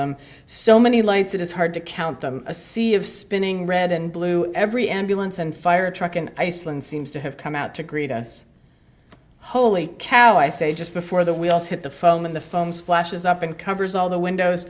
them so many lights it is hard to count them a sea of spinning red and blue every ambulance and fire truck in iceland seems to have come out to greet us holy cow i say just before the wheels hit the foam and the foam splashes up and covers all the windows